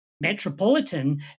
metropolitan